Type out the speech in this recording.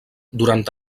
durant